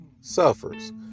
suffers